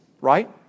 Right